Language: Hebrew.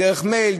דרך מייל,